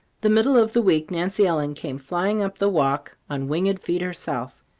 the middle of the week nancy ellen came flying up the walk on winged feet, herself.